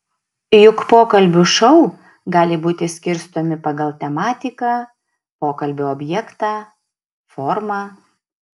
juk pokalbių šou gali būti skirstomi pagal tematiką pokalbio objektą formą